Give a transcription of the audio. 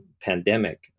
pandemic